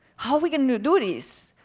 how we going to do do this?